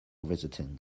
visiting